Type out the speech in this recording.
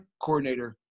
coordinator